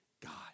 God